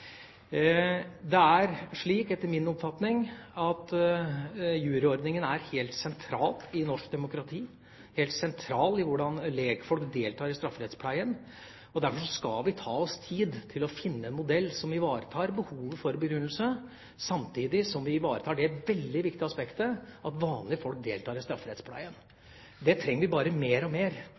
det straffbare forhold. Det er slik, etter min oppfatning, at juryordningen er helt sentral i norsk demokrati, og helt sentral med hensyn til hvordan lekfolk deltar i strafferettspleien. Derfor skal vi ta oss tid til å finne en modell som ivaretar behovet for begrunnelse, samtidig som vi ivaretar det veldig viktige aspektet at vanlige folk deltar i strafferettspleien. Det trenger vi bare mer og mer